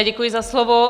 Děkuji za slovo.